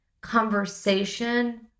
conversation